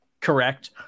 correct